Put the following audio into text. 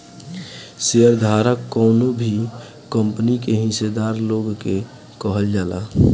share धारक कवनो भी कंपनी के हिस्सादार लोग के कहल जाला